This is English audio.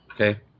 Okay